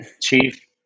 Chief